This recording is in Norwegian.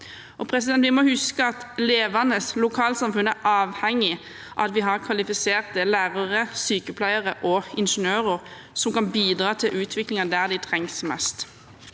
områder. Vi må huske at levende lokalsamfunn er avhengig av at vi har kvalifiserte lærere, sykepleiere og ingeniører som kan bidra til utviklingen der de trengs mest.